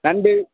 நண்டு